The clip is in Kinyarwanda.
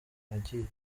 nagiye